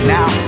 Now